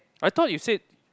I thought you said